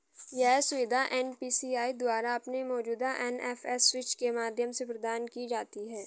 यह सुविधा एन.पी.सी.आई द्वारा अपने मौजूदा एन.एफ.एस स्विच के माध्यम से प्रदान की जाती है